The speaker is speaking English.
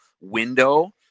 window